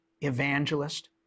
evangelist